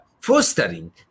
fostering